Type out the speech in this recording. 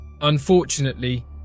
Unfortunately